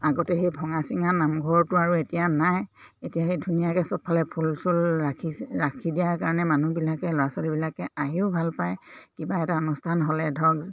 আগতে সেই ভঙা চিঙা নামঘৰটো আৰু এতিয়া নাই এতিয়া সেই ধুনীয়াকৈ চবফালে ফুল চুল ৰাখিছে ৰাখি দিয়াৰ কাৰণে মানুহবিলাকে ল'ৰা ছোৱালীবিলাকে আহিও ভাল পায় কিবা এটা অনুষ্ঠান হ'লে ধৰক